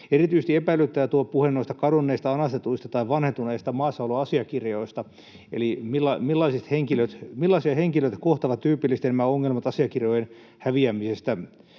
Erityisesti epäilyttää tuo puhe noista kadonneista, anastetuista tai vanhentuneista maassaoloasiakirjoista: millaisia henkilöitä kohtaavat tyypillisesti nämä ongelmat asiakirjojen häviämisestä,